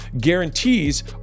guarantees